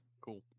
Cool